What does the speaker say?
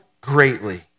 greatly